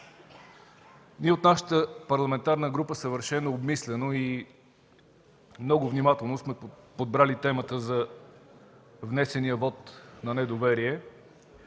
Ние от нашата парламентарна група съвършено обмислено и много внимателно сме подбрали темата за внесения вот на недоверие